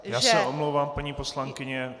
Já se omlouvám, paní poslankyně.